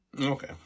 Okay